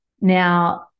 now